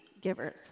givers